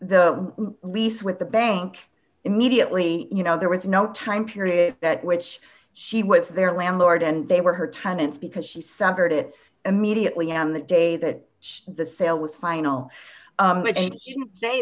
the lease with the bank immediately you know there was no time period that which she was their landlord and they were her tenants because she severed it immediately on the day that the sale was final